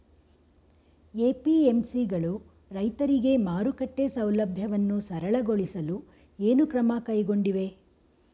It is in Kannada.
ಎ.ಪಿ.ಎಂ.ಸಿ ಗಳು ರೈತರಿಗೆ ಮಾರುಕಟ್ಟೆ ಸೌಲಭ್ಯವನ್ನು ಸರಳಗೊಳಿಸಲು ಏನು ಕ್ರಮ ಕೈಗೊಂಡಿವೆ?